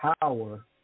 power